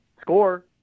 score